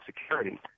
security